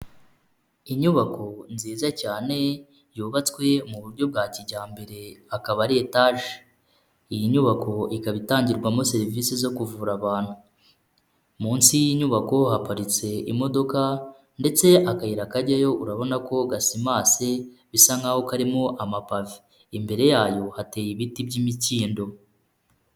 Inyubako nziza cyane yubatswe mu buryo bwa kijyambere akaba ari etaje. Iyi nyubako ikaba itangirwamo serivisi zo kuvura abantu, munsi y' inyubako haparitse imodoka ndetse akayira kajyayo urabona ko gasimase bisa nkaho karimo amapave, imbere yayo hateye ibiti by'imikindo.